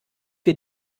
wir